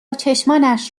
چشمانش